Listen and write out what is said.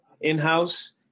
in-house